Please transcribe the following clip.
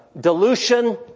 dilution